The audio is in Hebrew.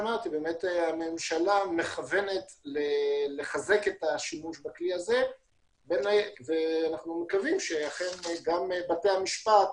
הממשלה מכוונת לחזק את השימוש בכלי הזה ואנחנו מקווים שגם בתי המשפט